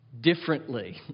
differently